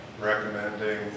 recommending